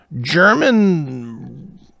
German